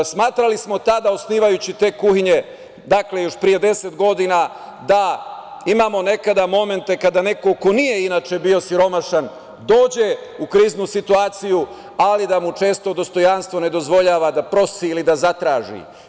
Smatrali smo tada, osnivajući te kuhinje, još pre 10 godina, da imamo nekada momente kada neko ko inače nije bio siromašan dođe u kriznu situaciju, ali da mu često dostojanstvo ne dozvoljava da prosi ili da zatraži.